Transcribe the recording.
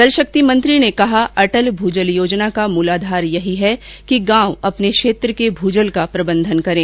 जल शक्ति मंत्री ने कहा अटल भूजल योजना का मूलाधार यही है कि गांव अपने क्षेत्र के भूजल का प्रबंधन करें